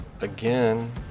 again